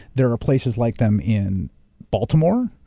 there are places like them in baltimore,